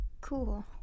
Cool